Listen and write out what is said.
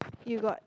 you got